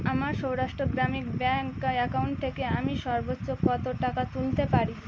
আমার Saurashtra Gramin bank account থেকে আমি সর্বোচ্চ কত টাকা তুলতে পারি